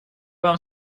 вам